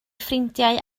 ffrindiau